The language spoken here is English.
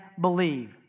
believe